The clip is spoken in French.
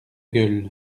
gueule